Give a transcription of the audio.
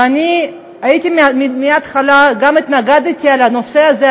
ואני מהתחלה גם התנגדתי לנושא הזה,